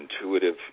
intuitive